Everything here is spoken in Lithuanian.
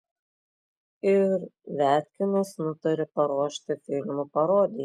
ir viatkinas nutarė paruošti filmo parodiją